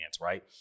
right